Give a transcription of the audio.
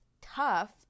tough